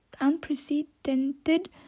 unprecedented